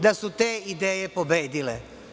Da su te ideje pobedile.